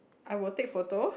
I will take photo